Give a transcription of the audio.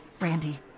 Randy